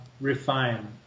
refine